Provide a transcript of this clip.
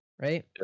right